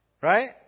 Right